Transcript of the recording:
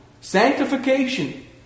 sanctification